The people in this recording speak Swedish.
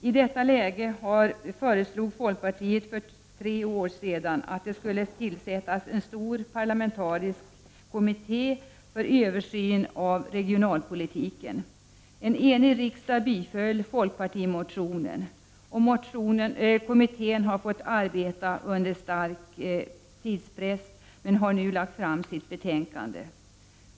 I detta läge föreslog folkpartiet för tre år sedan att det skulle tillsättas en stor parlamentarisk kommitté för översyn av regionalpolitiken. En enig riksdag biföll folkpartimotionen. Kommittén har varit tvungen att arbeta under stark tidspress, men har nu lagt fram sitt betänkande.